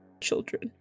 children